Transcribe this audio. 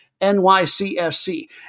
NYCFC